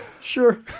sure